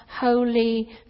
Holy